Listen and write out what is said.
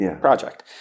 project